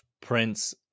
Prince